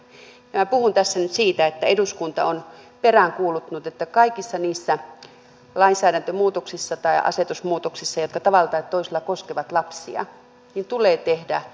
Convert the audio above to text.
minä puhun tässä nyt siitä että eduskunta on peräänkuuluttanut että kaikissa niissä lainsäädäntömuutoksissa tai asetusmuutoksissa jotka tavalla tai toisella koskevat lapsia tulee tehdä lapsivaikutusten arviointi